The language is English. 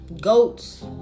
Goats